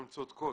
הן צודקות,